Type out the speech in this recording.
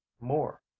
more